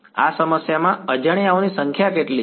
આ સમસ્યામાં અજાણ્યાઓની સંખ્યા કેટલી છે